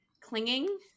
Clinging